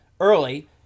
early